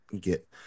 get